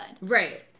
Right